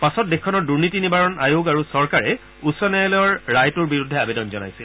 পাছত দেশখনৰ দুৰ্নীতি নিবাৰণ আয়োগ আৰু চৰকাৰে উচ্চ ন্যায়ালয়ৰ ৰায়টোৰ বিৰুদ্ধে আৱেদন জনাইছিল